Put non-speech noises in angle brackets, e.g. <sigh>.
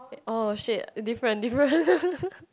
oh shit different different <laughs>